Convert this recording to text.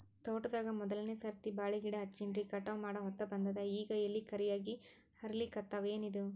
ತೋಟದಾಗ ಮೋದಲನೆ ಸರ್ತಿ ಬಾಳಿ ಗಿಡ ಹಚ್ಚಿನ್ರಿ, ಕಟಾವ ಮಾಡಹೊತ್ತ ಬಂದದ ಈಗ ಎಲಿ ಕರಿಯಾಗಿ ಹರಿಲಿಕತ್ತಾವ, ಏನಿದು?